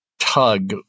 tug